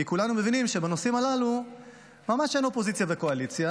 כי כולנו מבינים שבנושאים הללו ממש אין אופוזיציה וקואליציה,